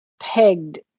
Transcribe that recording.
pegged